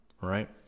right